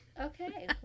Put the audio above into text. Okay